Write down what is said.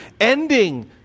ending